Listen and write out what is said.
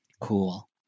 Cool